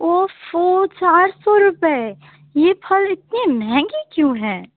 اوفو چار سو روپے یہ پھل اتنے مہنگے کیوں ہیں